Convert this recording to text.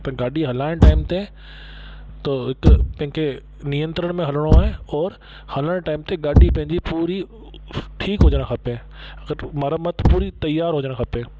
त गाॾी हलाइणु जे टाइम ते तो हिकु कंहिंखे नियंत्रण में हलिणो आहे औरि हलणु जे टाइम ते गाॾी पंहिंजी पूरी ठीकु हुजणु खपे मरमत पूरी तयारु हुजणु खपे